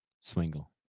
Swingle